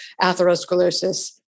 atherosclerosis